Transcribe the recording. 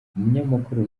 umunyamakuru